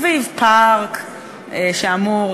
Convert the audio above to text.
סביב פארק שאמור